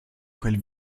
quel